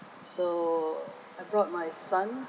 so I brought my son